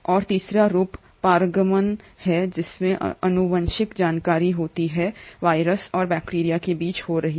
और तीसरा रूप पारगमन है जिसमें आनुवांशिक जानकारी होती है वायरस और बैक्टीरिया के बीच हो रहा है